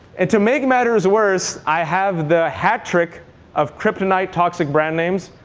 and to make matters worse, i have the hat trick of kryptonite toxic brand names.